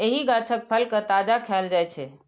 एहि गाछक फल कें ताजा खाएल जाइ छै